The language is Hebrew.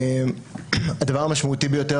הדבר המשמעותי ביותר,